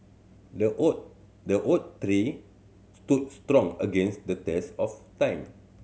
the oak the oak tree stood strong against the test of time